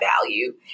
value